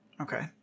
Okay